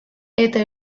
eta